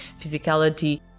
physicality